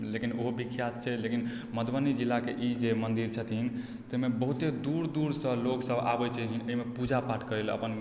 लेकिन ओहो विख्यात छै लेकिन मधुबनी जिलाके ई जे मन्दिर छथिन तइमे बहुते दूर दूर से लोक सब आबै छथिन अइमे पूजा पाठ करय लए अपन